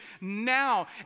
now